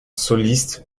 soliste